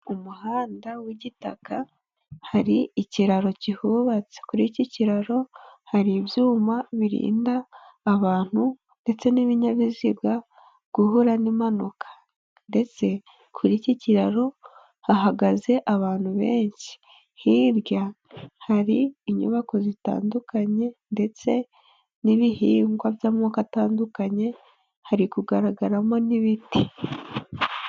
Ku umuhanda w' gitaga, hari ikiraro kihubatse, kuri iki kiraro hari ibyuma birinda abantu ndetse n'ibinyabiziga guhura n'impanuka. Ndetse kuri iki kiraro hahagaze abantu benshi, hirya hari inyubako zitandukanye ndetse n'ibihingwa by'amoko atandukanye, hari kugaragaramo n'ibiti.